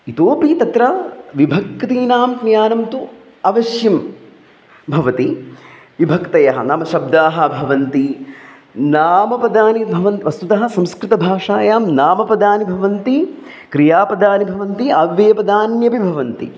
इतोपि तत्र विभक्तीनां ज्ञानं तु अवश्यं भवति विभक्तयः नाम शब्दाः भवन्ति नामपदानि भवन् वस्तुतः संस्कृतभाषायां नामपदानि भवन्ति क्रियापदानि भवन्ति अव्ययपदान्यपि भवन्ति